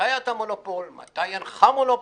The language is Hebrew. מתי אתה מונופול, מתי אינך מונופול.